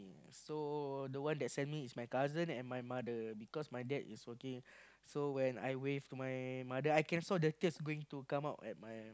so the one that send me is my cousin and my mother because my dad is working so when I wave to my mother so I can saw the tears going to come out at my